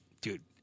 dude